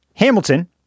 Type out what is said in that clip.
Hamilton